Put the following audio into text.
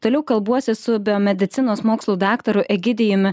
toliau kalbuosi su biomedicinos mokslų daktaru egidijumi